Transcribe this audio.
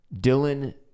dylan